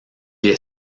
est